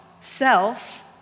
self